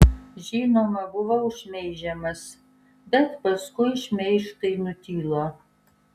žinoma buvau šmeižiamas bet paskui šmeižtai nutilo